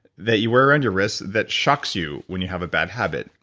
that you wear around your wrist that shocks you when you have a bad habit.